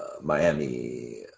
Miami